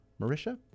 Marisha